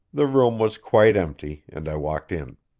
the room was quite empty, and i walked in.